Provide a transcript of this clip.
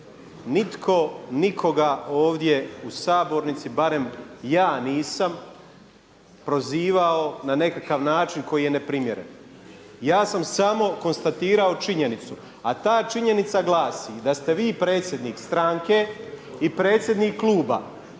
Nitko nikoga ovdje u sabornici, barem ja nisam prozivao na nekakav način koji je neprimjeren. Ja sam samo konstatirao činjenicu, a ta činjenica glasi da ste vi predsjednik stranke i predsjednik kluba